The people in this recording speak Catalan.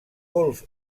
golf